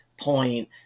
point